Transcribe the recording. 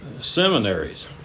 seminaries